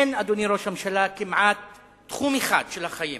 אדוני ראש הממשלה, כמעט אין תחום אחד של החיים